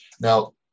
now